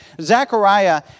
Zechariah